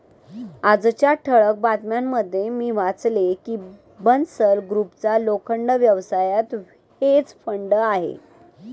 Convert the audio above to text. आजच्या ठळक बातम्यांमध्ये मी वाचले की बन्सल ग्रुपचा लोखंड व्यवसायात हेज फंड आहे